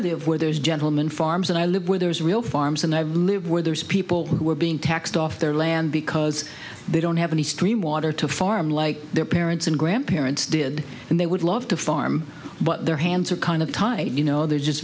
live where there is gentleman farms and i live where there's real farms and i live where there's people who are being taxed off their land because they don't have any stream water to farm like their parents and grandparents did and they would love to farm but their hands are kind of tied you know they're just